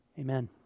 Amen